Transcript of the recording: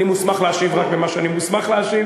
אני מוסמך להשיב רק על מה שאני מוסמך להשיב,